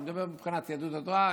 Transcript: אני מדבר מבחינת יהדות התורה,